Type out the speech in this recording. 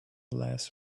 less